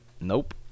Nope